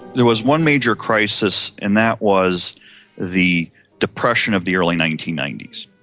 there was one major crisis, and that was the depression of the early nineteen ninety s.